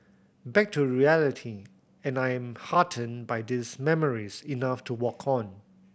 back to reality and I am heartened by these memories enough to walk on